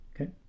okay